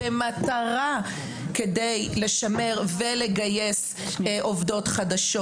במטרה כדי לשמר ולגייס עובדות חדשות.